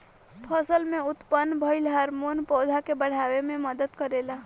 फसल में उत्पन्न भइल हार्मोन पौधा के बाढ़ावे में मदद करेला